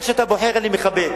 מה שאתה בוחר אני מכבד.